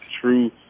true